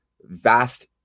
vast